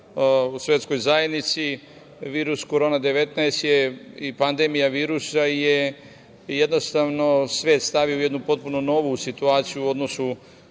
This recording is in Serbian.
svetskoj zajednici – virus Korona 19 i pandemija virusa je jednostavno svet stavio u jednu potpuno novu situaciju u odnosu